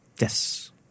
Yes